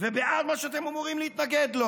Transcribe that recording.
ובעד מה שאתם אמורים להתנגד לו,